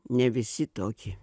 ne visi tokie